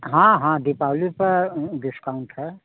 हाँ हाँ दीपावली पर डिस्काउन्ट है